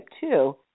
two